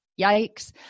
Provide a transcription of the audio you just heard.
yikes